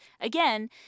again